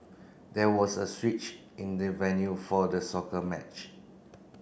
there was a switch in the venue for the scorer match